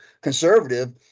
conservative